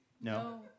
No